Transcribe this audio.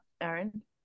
Aaron